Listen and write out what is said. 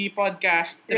podcast